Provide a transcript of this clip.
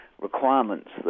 requirements